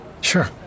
Sure